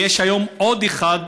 ויש היום עוד אחד,